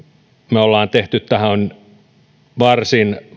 me olemme tehneet tähän varsin